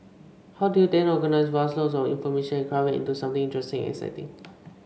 how do you then organise vast loads of information and craft it into something interesting and exciting